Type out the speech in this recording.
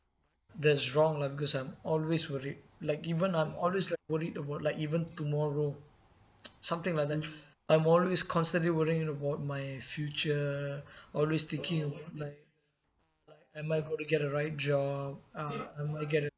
that's wrong lah because I'm always worried like even I'm always like worried about like even tomorrow something like that I'm always constantly worrying about my future always thinking like am I going to get a right job uh am I going to